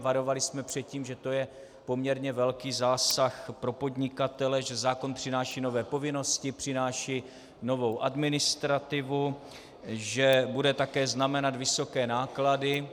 Varovali jsme před tím, že to je poměrně velký zásah pro podnikatele, že zákon přináší nové povinnosti, přináší novou administrativu, že bude také znamenat vysoké náklady.